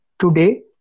Today